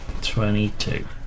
twenty-two